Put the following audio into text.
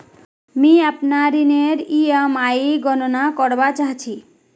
मि अपनार ऋणनेर ईएमआईर गणना करवा चहा छी